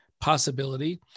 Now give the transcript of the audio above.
possibility